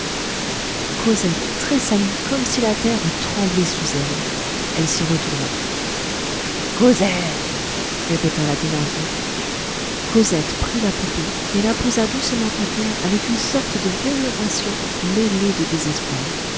cosette tressaillit comme si la terre eût tremblé sous elle elle se retourna cosette répéta la thénardier cosette prit la poupée et la posa doucement à terre avec une sorte de vénération mêlée de désespoir